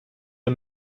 der